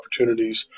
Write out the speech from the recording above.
opportunities